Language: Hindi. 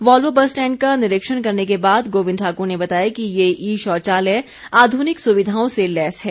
वॉल्वो बस स्टैंड का निरीक्षण करने के बाद गोविंद ठाकुर ने बताया कि ये ई शौचालय आधुनिक सुविधाओं से लैस है